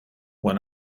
when